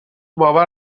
باور